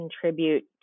contribute